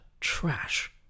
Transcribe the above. trash